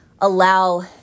allow